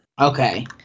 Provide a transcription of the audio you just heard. Okay